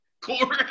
Core